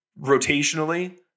rotationally